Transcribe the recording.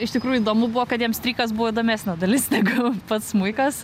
iš tikrųjų įdomu buvo kad jam strykas buvo įdomesnė dalis negu pats smuikas